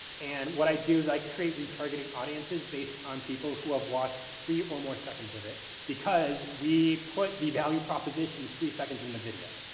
and what i do is i create retargeting audiences based on people who have watched three or more seconds of it because we put the value proposition three seconds in the video.